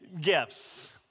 gifts